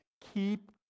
Keep